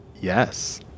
Yes